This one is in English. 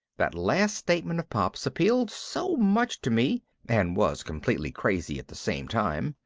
that last statement of pop's appealed so much to me and was completely crazy at the same time,